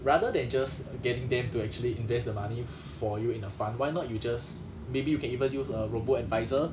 rather than just getting them to actually invest the money for you in a fund why not you just maybe you can even use a robo-advisor